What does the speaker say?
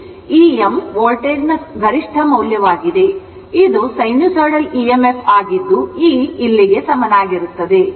ಆದ್ದರಿಂದ ಇದು sinusoidal emf ಆಗಿದ್ದುe ಇಲ್ಲಿಗೆ ಸಮನಾಗಿರುತ್ತದೆ